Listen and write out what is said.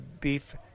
beef